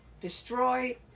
Destroy